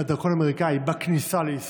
כפי שכתבה ענת גוב המנוחה: להיות או לא להיות,